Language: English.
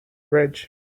bridge